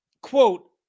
Quote